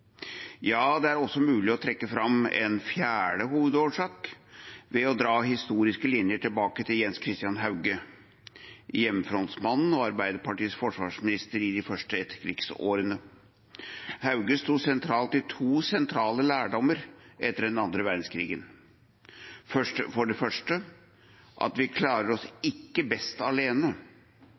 Det er også mulig å trekke fram en fjerde hovedårsak ved å dra historiske linjer tilbake til Jens Christian Hauge, hjemmefrontmannen og Arbeiderpartiets forsvarsminister i de første etterkrigsårene. Hauge sto sentralt i to sentrale lærdommer etter den andre verdenskrigen. Den første er at vi klarer oss ikke best alene.